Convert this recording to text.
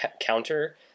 counter